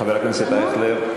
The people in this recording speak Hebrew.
חבר הכנסת אייכלר.